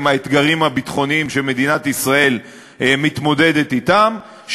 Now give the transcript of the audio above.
עם האתגרים הביטחוניים שמדינת ישראל מתמודדת אתם,